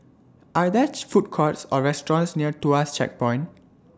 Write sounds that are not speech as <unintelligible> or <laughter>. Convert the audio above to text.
Are There <unintelligible> Food Courts Or restaurants near Tuas Checkpoint